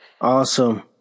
Awesome